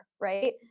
right